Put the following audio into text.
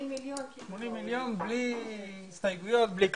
80 מיליון, בלי הסתייגויות, בלי כלום.